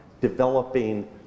developing